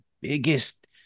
biggest